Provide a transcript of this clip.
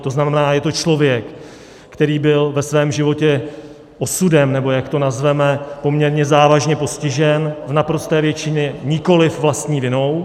To znamená, je to člověk, který byl ve svém životě osudem, nebo jak to nazveme, poměrně závažně postižen, v naprosté většině nikoliv vlastní vinou.